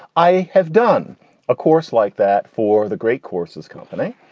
i have done a course like that for the great courses company,